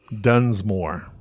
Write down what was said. Dunsmore